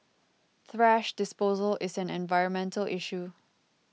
thrash disposal is an environmental issue